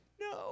No